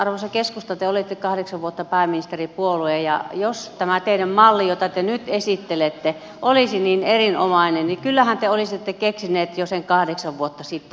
arvoisa keskusta te olitte kahdeksan vuotta pääministeripuolue ja jos tämä teidän mallinne jota te nyt esittelette olisi niin erinomainen niin kyllähän te olisitte keksineet sen jo kahdeksan vuotta sitten